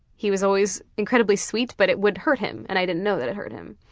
he was always incredibly sweet but it would hurt him and i didn't know that it hurt him.